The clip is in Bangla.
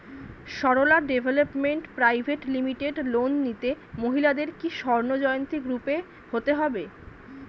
Sarala development private limited loan নিতে মহিলাদের কি স্বর্ণ জয়ন্তী গ্রুপে হতে হবে?